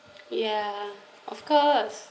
ya of course